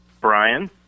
Brian